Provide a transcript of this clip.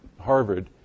Harvard